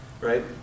right